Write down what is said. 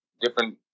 different